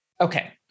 Okay